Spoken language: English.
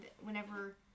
whenever